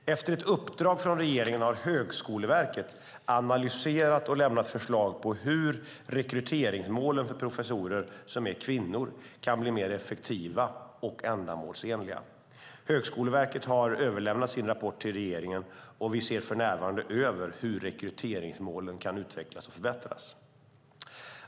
Efter ett uppdrag från regeringen har Högskoleverket analyserat och lämnat förslag på hur rekryteringsmålen för professorer som är kvinnor kan bli mer effektiva och ändamålsenliga. Högskoleverket har överlämnat sin rapport till regeringen, och vi ser för närvarande över hur rekryteringsmålen kan utvecklas och förbättras.